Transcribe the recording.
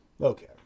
Okay